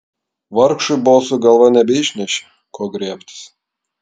vargšui bosui galva nebeišnešė ko griebtis